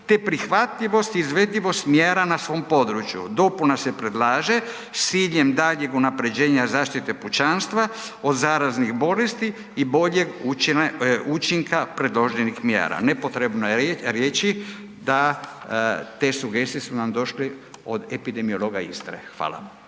te prihvatljivost, izvedljivost mjera na svom području. Dopuna se predlaže s ciljem daljnjeg unapređenja zaštite pučanstva od zaraznih bolesti i boljeg učinka predloženih mjera. Nepotrebno je reći da te sugestije su nam došle od epidemiologa Istre. Hvala.